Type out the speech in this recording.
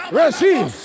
receive